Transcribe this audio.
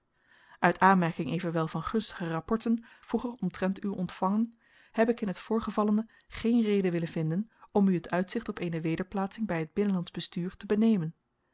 uit aanmerking evenwel van gunstige rapporten vroeger omtrent u ontvangen heb ik in het voorgevallene geen reden willen vinden om u het uitzicht op eene wederplaatsing bij het binnenlandsch bestuur te benemen